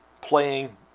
playing